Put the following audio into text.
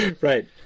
Right